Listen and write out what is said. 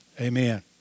Amen